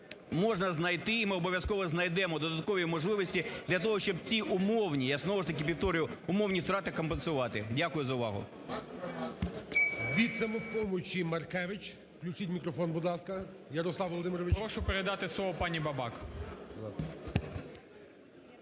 можна знайти і ми обов'язково знайдемо додаткові можливості для того, щоб ці умовні, я знову ж таки, повторюю, умовні втрати компенсувати. Дякую за увагу. ГОЛОВУЮЧИЙ. Від "Самопомочі" Маркевич. Включіть мікрофон, будь ласка. Ярослав Володимирович. 17:48:39 МАРКЕВИЧ Я.В. Прошу передати слово пані Бабак.